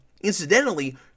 Incidentally